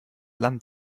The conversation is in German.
land